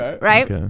right